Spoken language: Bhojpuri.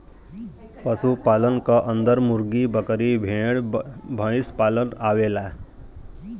पशु पालन क अन्दर मुर्गी, बकरी, भेड़, भईसपालन आवेला